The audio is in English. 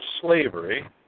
slavery